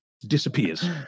Disappears